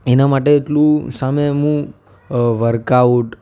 એના માટે એટલું સામે હું વર્કઆઉટ